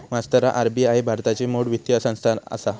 मास्तरा आर.बी.आई भारताची मोठ वित्तीय संस्थान आसा